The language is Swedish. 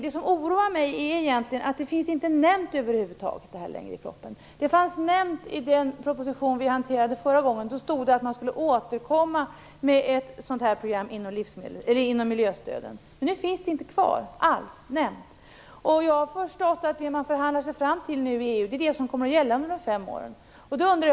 Det som oroar mig är att det över huvud taget inte är nämnt i propositionen. Det nämndes i den proposition som vi förra gången behandlade. Det anfördes då att man skulle återkomma med ett sådant här program inom ramen för miljöstöden. Nu är det inte alls omnämnt. Jag har förstått att det som man i EU nu förhandlar sig fram till kommer att gälla under de närmaste fem åren.